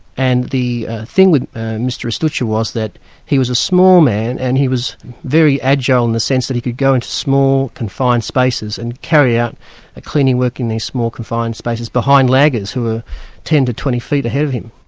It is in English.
and the thing with mr restuccia was, that he was a small man, and he was very agile in the sense that he could go into small confined spaces, and carry out cleaning work in these small confined spaces, behind laggers who were ten to twenty feet ahead of him.